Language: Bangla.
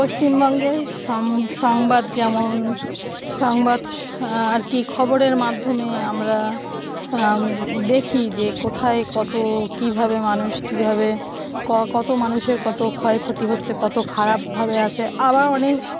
পশ্চিমবঙ্গের সম সংবাদ যেমন সংবাদ আর কি খবরের মাধ্যমে আমরা দেখি যে কোথায় কত কীভাবে মানুষ কীভাবে ক কত মানুষের কতো ক্ষয়ক্ষতি হচ্ছে কত খারাপভাবে আছে আবার অনেক